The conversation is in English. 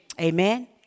Amen